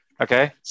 Okay